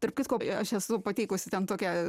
tarp kitko aš esu pateikusi ten tokią